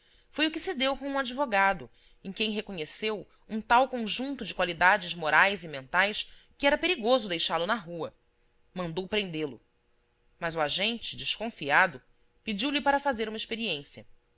foi o que se deu com um advogado em quem reconheceu um tal conjunto de qualidades morais e mentais que era perigoso deixá-lo na rua mandou prendê-lo mas o agente desconfiado pediu-lhe para fazer uma experiência